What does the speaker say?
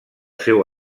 seu